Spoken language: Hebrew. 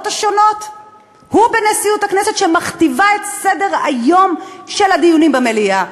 השונות ובנשיאות הכנסת שמכתיבה את סדר-היום של הדיונים במליאה.